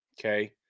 okay